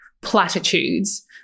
platitudes